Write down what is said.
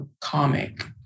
comic